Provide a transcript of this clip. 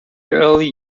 early